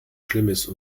schlimmes